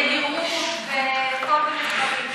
יהירות וכל מיני דברים.